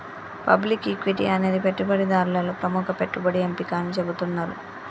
public equity అనేది పెట్టుబడిదారులలో ప్రముఖ పెట్టుబడి ఎంపిక అని చెబుతున్నరు